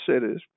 cities